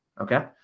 Okay